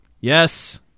Yes